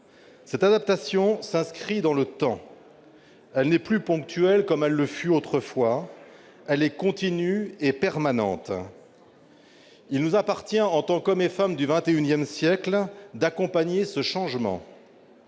Cette adaptation s'inscrit dans le temps. Elle n'est plus ponctuelle comme elle le fut autrefois ; elle est continue et permanente. Il nous appartient, en tant qu'hommes et femmes du XXI siècle, d'accompagner ce changement.